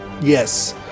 Yes